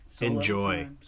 Enjoy